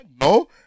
no